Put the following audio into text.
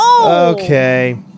Okay